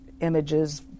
images